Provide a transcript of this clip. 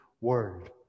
word